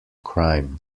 crime